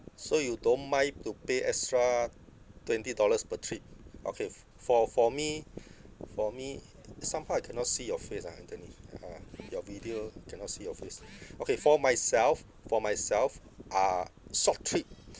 so you don't mind to pay extra twenty dollars per trip okay f~ for for me for me somehow I cannot see your face ah anthony ah your video cannot see your face okay for myself for myself uh short trip